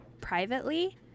privately